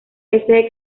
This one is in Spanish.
peces